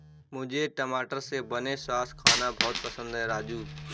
मुझे टमाटर से बने सॉस खाना बहुत पसंद है राजू